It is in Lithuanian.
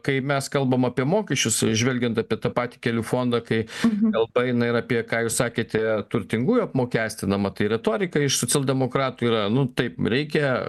kai mes kalbam apie mokesčius žvelgiant apie tą patį kelių fondą kai kalba eina ir apie ką jūs sakėte turtingųjų apmokestinama tai retorika iš socialdemokratų yra nu taip reikia